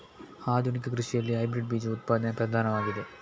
ಆಧುನಿಕ ಕೃಷಿಯಲ್ಲಿ ಹೈಬ್ರಿಡ್ ಬೀಜ ಉತ್ಪಾದನೆ ಪ್ರಧಾನವಾಗಿದೆ